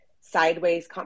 sideways